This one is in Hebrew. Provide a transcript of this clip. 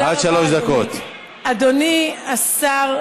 אדוני השר,